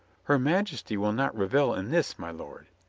her majesty will not revel in this, my lord,